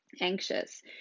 anxious